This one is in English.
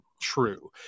true